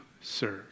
serve